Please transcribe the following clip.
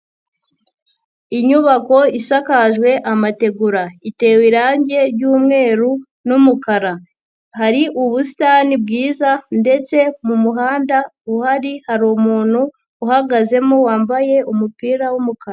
Inyubako isakajwe amategura, itewe irangi ryumweru n'umukara, hari ubusitani bwiza ndetse mu muhanda uhari hari umuntu uhagazemo wambaye umupira w'umukara.